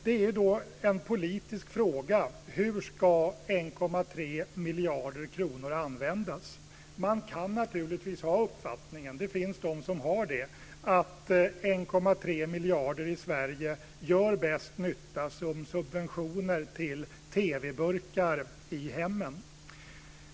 Det är en politisk fråga hur 1,3 miljarder kronor ska användas. Man kan naturligtvis ha uppfattningen - det finns de som har det - att 1,3 miljarder kronor i Sverige gör bäst nytta som subventioner till TV-burkar i hemmen.